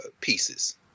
pieces